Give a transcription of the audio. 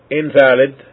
invalid